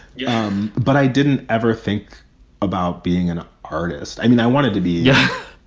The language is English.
yeah um but i didn't ever think about being an artist. i mean, i wanted to be. yeah,